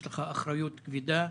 יש לך אחריות כבדה,